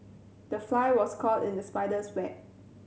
the fly was caught in the spider's web